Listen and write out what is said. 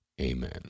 amen